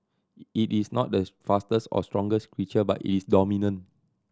it is not the fastest or strongest creature but it is dominant